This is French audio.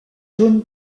jaune